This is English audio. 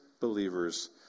believers